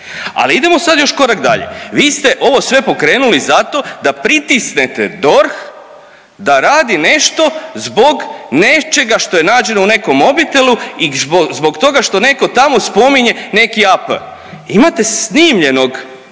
Ali idemo sad još korak dalje, vi ste ovo sve pokrenuli zato da pritisnete DORH da radi nešto zbog nečega što je nađeno u nekom mobitelu i zbog toga što netko tamo spominje neki AP. Imate snimljenog